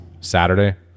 Saturday